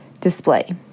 display